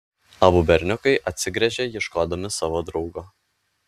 abu berniukai atsigręžė ieškodami savo draugo